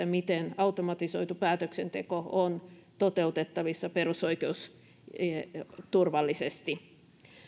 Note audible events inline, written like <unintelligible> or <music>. <unintelligible> miten automatisoitu päätöksenteko on toteutettavissa perusoikeusturvallisesti